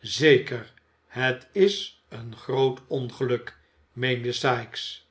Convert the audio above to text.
zeker het is een groot ongeluk meende sikes